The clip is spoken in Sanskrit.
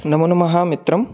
नमोनमः मित्रम्